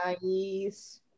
Nice